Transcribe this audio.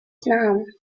نعم